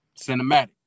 Cinematic